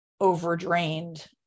overdrained